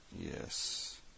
Yes